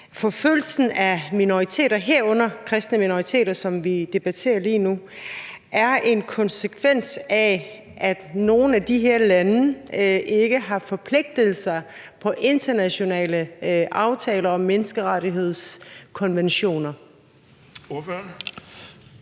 kristne minoriteter, som vi debatterer lige nu, er en konsekvens af, at nogle af de her lande ikke har forpligtet sig på internationale aftaler om menneskerettighedskonventioner. Kl.